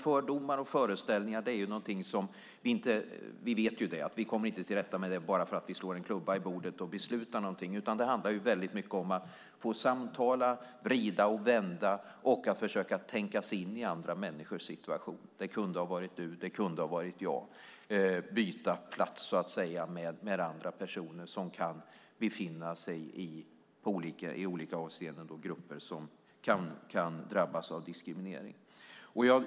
Fördomar och föreställningar är någonting som vi inte kommer till rätta med bara för att vi slår en klubba i bordet och beslutar någonting, utan det handlar väldigt mycket om att samtala, vrida och vända och försöka tänka sig in i andra människors situation. Det kunde ha varit du, det kunde ha varit jag. Det handlar om att byta plats med andra personer i grupper som kan drabbas av diskriminering.